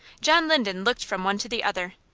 john linden looked from one to the other.